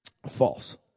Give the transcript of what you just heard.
False